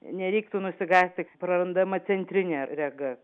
nereiktų nusigąsti prarandama centrinė rega